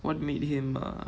what made him uh